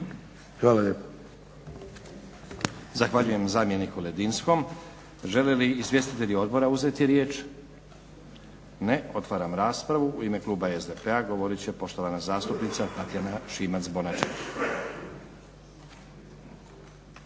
(SDP)** Zahvaljujem zamjeniku Ledinskom. Žele li izvjestitelji odbora uzeti riječ? Ne. Otvaram raspravu. U ime kluba SDP-a govorit će poštovana zastupnica Tatjana Šimac-Bonačić.